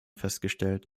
festgestellt